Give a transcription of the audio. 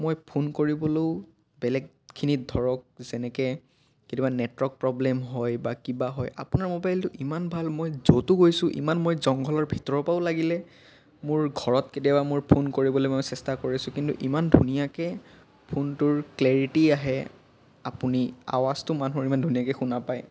মই ফোন কৰিবলৈও বেলেগখিনিত ধৰক যেনেকৈ কেতিয়াবা নেটৱৰ্ক প্ৰব্লেম হয় কিবা হয় আপোনাৰ মোবাইলটো ইমান ভাল মই য'তো গৈছোঁ ইমান মই জংঘলৰ ভিতৰৰ পৰাও লাগিলে মোৰ ঘৰত কেতিয়াবা মোৰ ফোন কৰিবলৈ মই চেষ্টা কৰিছোঁ কিন্তু ইমান ধুনীয়াকৈ ফোনটোৰ ক্লেৰিটি আহে আপুনি আৱাজটো মানুহৰ ইমান ধুনীয়াকৈ শুনা পায়